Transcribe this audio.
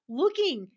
looking